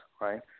right